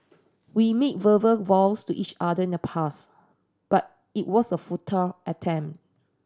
we made verbal vows to each other in the past but it was a futile attempt